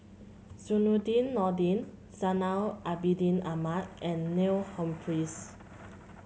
Zainudin Nordin Zainal Abidin Ahmad and Neil Humphreys